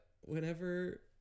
whenever